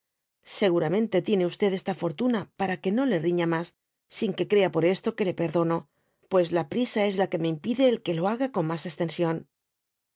seguramente tiene í esta fortuna para que no le riña mas sin que crea por esto que le perdono pues la prisa es la que me impide el que lo haga con mas